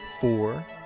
Four